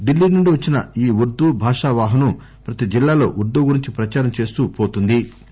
ఢిల్లీ నుండి వచ్చిన ఈ ఉర్దూ భాష వాహనం ప్రతి జిల్లాలో ఉర్దూ గురించి ప్రచారం చేస్తూ వస్తున్న ది